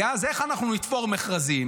כי אז איך אנחנו נתפור מכרזים?